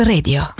Radio